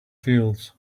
fields